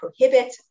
prohibit